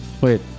wait